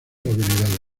habilidades